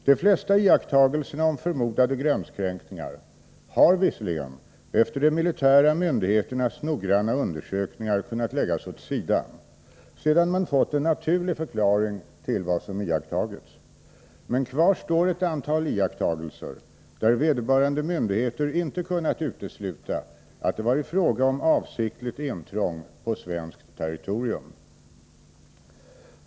De flesta iakttagelserna om förmodade gränskränkningar har visserligen efter de militära myndigheternas noggranna undersökningar kunnat läggas åt sidan sedan man fått en naturlig förklaring till vad som iakttagits. Men kvar står ett antal iakttagelser där vederbörande myndigheter inte kunnat utesluta att det varit fråga om avsiktligt intrång på svenskt territorium.